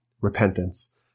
repentance